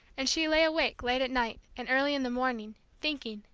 and she lay awake late at night, and early in the morning, thinking,